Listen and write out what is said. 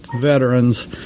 veterans